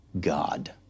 God